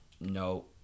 no